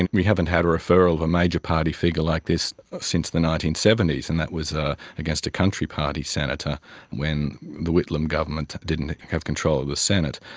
and we haven't had a referral of a major party figure like this since the nineteen seventy s, and that was ah against a country party senator when the whitlam government didn't have control of the senate.